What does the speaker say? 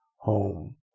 home